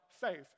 faith